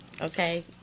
Okay